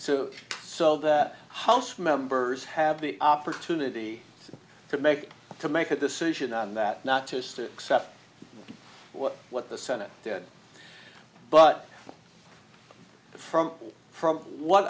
so so that house members have the opportunity to make to make a decision on that not just accept what what the senate did but from bill from what